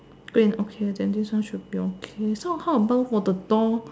green okay then this one should be okay so how about for the door